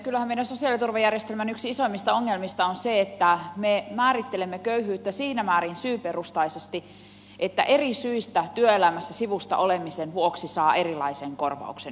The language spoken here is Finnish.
kyllähän meidän sosiaaliturvajärjestelmän yksi isoimmista ongelmista on se että me määrittelemme köyhyyttä siinä määrin syyperustaisesti että eri syistä työelämästä sivussa olemisen vuoksi saa erilaisen korvauksen yhteiskunnalta